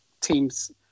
teams